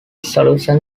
solution